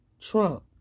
Trump